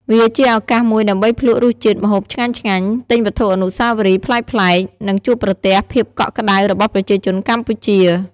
វាជាឱកាសមួយដើម្បីភ្លក្សរសជាតិម្ហូបឆ្ងាញ់ៗ ទិញវត្ថុអនុស្សាវរីយ៍ប្លែកៗ និងជួបប្រទះភាពកក់ក្តៅរបស់ប្រជាជនកម្ពុជា។